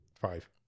Five